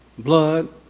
blood,